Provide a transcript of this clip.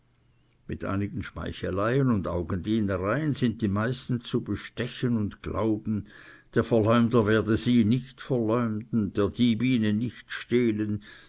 mit einigen schmeicheleien und augendienereien sind die meisten zu bestechen und glauben der verleumder werde sie nicht verleumden der dieb ihnen nicht stehlen